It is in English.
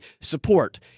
support